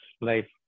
life